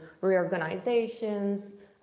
reorganizations